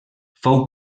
fou